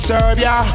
Serbia